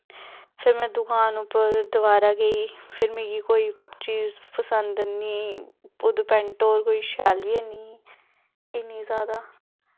फिर में दुकान उप्पर दवारा गेई फिर मिगी कोई चीज़ पसंद निं उद्धर पैंट कोई शैल बी नेईं ऐ ही इन्नी जैदा